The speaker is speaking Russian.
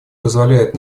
позволяет